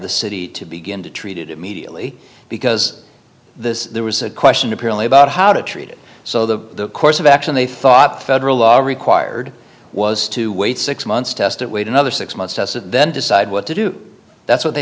the city to begin to treated immediately because this there was a question apparently about how to treat it so the course of action they thought federal law required was to wait six months test it wait another six months then decide what to do that's what they